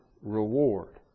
reward